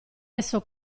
esso